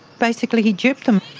basically, he duped them.